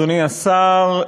אדוני השר,